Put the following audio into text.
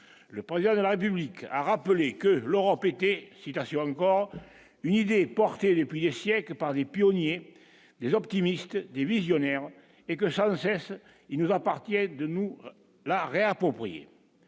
le président de la République a rappelé que l'Europe était citation encore une idée portée les plier siècle par les pionniers, les optimistes des visionnaires et que chacun sait ce qu'il nous appartient de nous la réapproprier